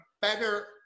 better